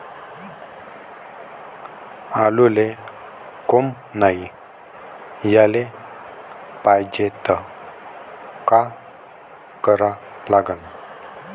आलूले कोंब नाई याले पायजे त का करा लागन?